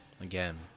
Again